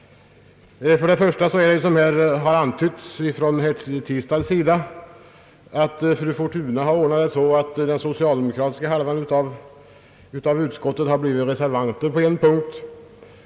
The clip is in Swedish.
För det första har — såsom herr Tistad har antytt — fru Fortuna ordnat det så att den socialdemokratiska hälften i utskottet blivit reservanter på en punkt.